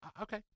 Okay